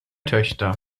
töchter